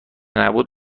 نبود